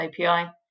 API